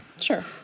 Sure